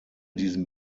diesen